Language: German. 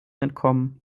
entkommen